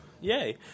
yay